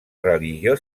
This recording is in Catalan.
religió